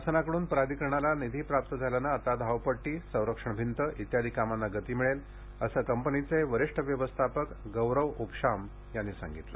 शासनाकडून प्राधिकरणाला निधी प्राप्त झाल्याने आता धावपट्टी संरक्षण भिंत आदी कामांना गती मिळेल असे कंपनीचे वरिष्ठ व्यवस्थापक गौरव उपशाम यांनी सांगितले